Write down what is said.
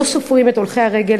לא סופרים את הולכי הרגל,